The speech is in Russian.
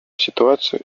ситуацию